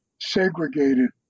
segregated